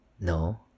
No